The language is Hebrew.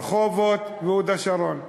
רחובות והוד-השרון.